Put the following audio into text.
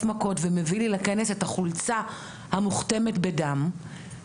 מכות ומביא לי לכנס את החולצה המוכתמת בדם,